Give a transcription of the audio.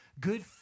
good